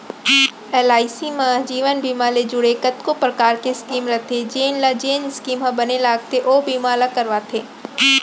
LIC म जीवन बीमा ले जुड़े कतको परकार के स्कीम रथे जेन ल जेन स्कीम ह बने लागथे ओ बीमा ल करवाथे